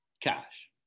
Cash